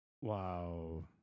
Wow